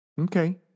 Okay